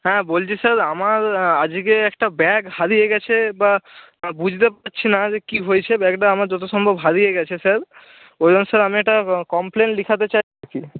হ্যাঁ বলছি স্যার আমার আজকে একটা ব্যাগ হারিয়ে গেছে বা বুঝতে পারছি না যে কী হয়েছে ব্যাগটা আমার যত সম্ভব হারিয়ে গেছে স্যার ওই জন্য স্যার আমি একটা কমপ্লেন লেখাতে